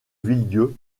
villedieu